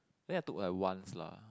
then I took like once lah